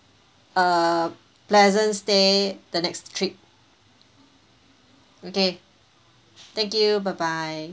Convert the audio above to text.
a pleasant stay the next trip okay thank you bye bye